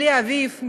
בלי אביב,